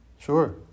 Sure